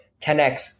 10x